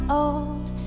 old